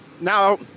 Now